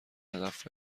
هدف